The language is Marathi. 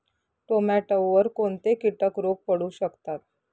टोमॅटोवर कोणते किटक रोग पडू शकतात?